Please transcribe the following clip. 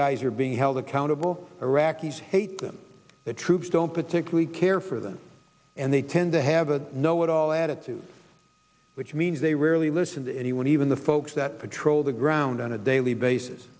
guys are being held accountable iraqis hate them the troops don't particularly care for them and they tend to have a know it all attitude which means they rarely listen to anyone even the folks that patrol the ground on a daily basis